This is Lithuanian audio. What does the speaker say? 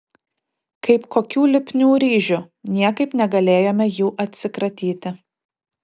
kaip kokių lipnių ryžių niekaip negalėjome jų atsikratyti